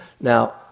Now